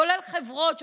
כולל חברות שרוצות,